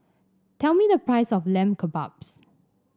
tell me the price of Lamb Kebabs